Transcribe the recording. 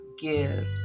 give